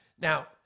Now